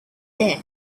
there